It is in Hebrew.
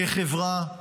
כחברה,